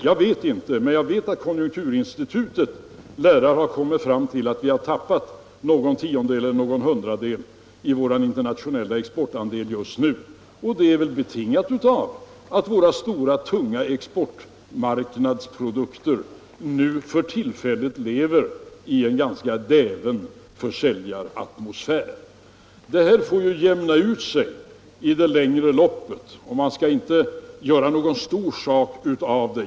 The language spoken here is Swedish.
Jag känner inte till det själv, men jag vet att konjunkturinstitutet lär ha kommit fram till att Sverige har tappat någon tiondel eller någon hundradel av sina internationella exportandelar just nu. Det är väl betingat av att våra stora tunga exportmarknadsprodukter för tillfället lever i en ganska däven försäljaratmosfär. Det här får ju jämna ut sig i det längre loppet. Man skall inte göra någon stor sak av det.